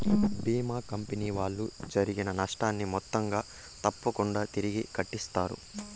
భీమా company వాళ్ళు జరిగిన నష్టాన్ని మొత్తంగా తప్పకుంగా తిరిగి కట్టిత్తారు